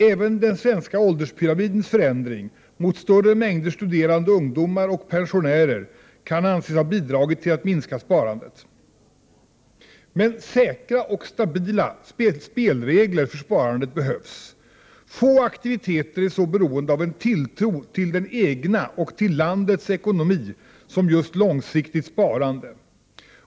Även den svenska ålderspyramidens förändring - mot större mängder studerande ungdomar och pensionärer — kan anses ha bidragit till att minska sparandet. Men säkra och stabila spelregler för sparandet behövs — få aktiviteter är så beroende av en tilltro till den egna ekonomin och till landets ekonomi som just långsiktigt sparande!